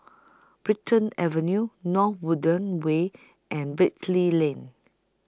Brighton Avenue North Woodlands Way and Beatty Lane